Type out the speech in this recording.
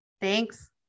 Thanks